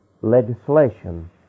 legislation